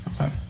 Okay